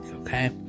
okay